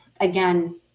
again